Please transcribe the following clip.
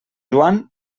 joan